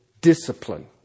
discipline